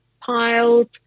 piled